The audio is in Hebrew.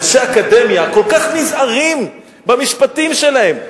אנשי אקדמיה כל כך נזהרים במשפטים שלהם.